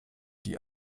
die